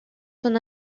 son